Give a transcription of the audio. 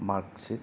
marksheet